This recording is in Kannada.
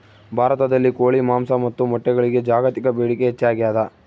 ಭಾರತದಲ್ಲಿ ಕೋಳಿ ಮಾಂಸ ಮತ್ತು ಮೊಟ್ಟೆಗಳಿಗೆ ಜಾಗತಿಕ ಬೇಡಿಕೆ ಹೆಚ್ಚಾಗ್ಯಾದ